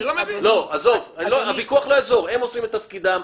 אתם עושים את תפקידכם,